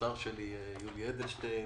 השר שלי יולי אדלשטיין,